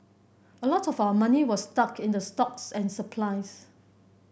a lot of our money was stuck in the stocks and supplies